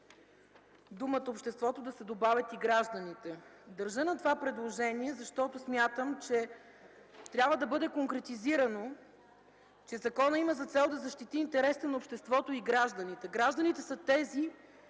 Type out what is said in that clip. думата „обществото” да се добавят думите „и гражданите”. Държа на това предложение, защото смятам, че трябва да бъде конкретизирано, че законът има за цел да защити интереса на обществото и гражданите. Гражданите са тези,